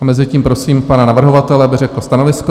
Mezitím prosím pana navrhovatele, aby řekl stanovisko.